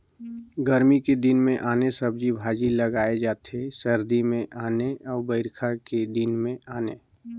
गरमी के दिन मे आने सब्जी भाजी लगाए जाथे सरदी मे आने अउ बइरखा के दिन में आने